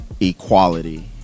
equality